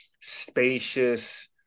spacious